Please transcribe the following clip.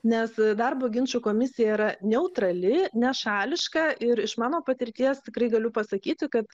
nes darbo ginčų komisija yra neutrali nešališka ir iš mano patirties tikrai galiu pasakyti kad